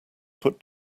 put